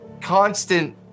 constant